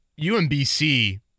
UMBC